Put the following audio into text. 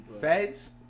Feds